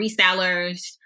resellers